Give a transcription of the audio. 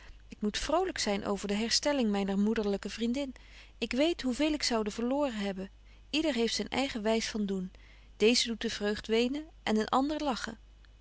ik moet vrolyk zyn over de herstelling myner moederlyke vriendin ik weet hoe veel ik zoude verloren hebben yder heeft zyn eige wys van doen deeze doet de vreugd wenen en een ander lachen